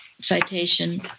citation